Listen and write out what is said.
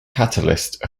catalyst